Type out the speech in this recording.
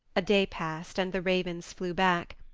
a day passed and the ravens flew back.